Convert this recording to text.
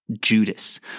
Judas